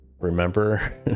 remember